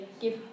give